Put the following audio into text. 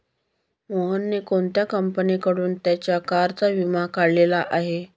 मोहनने कोणत्या कंपनीकडून त्याच्या कारचा विमा काढलेला आहे?